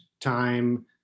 time